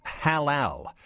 halal